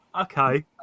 okay